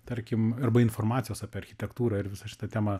tarkim arba informacijos apie architektūrą ir visą šitą temą